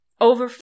over